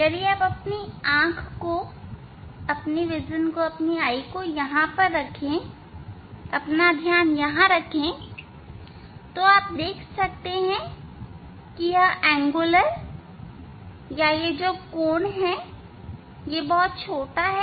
यदि आप अपनी ऑंखें यहां रखे अपना ध्यान यहां रखें तो आप देख सकते हैं यह एंगुलर या कोण बहुत छोटा हैं